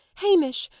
hamish!